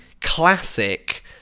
classic